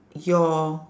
your